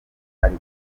ari